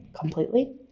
completely